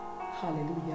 hallelujah